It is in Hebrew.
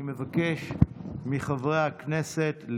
אני מבקש מחברי הכנסת,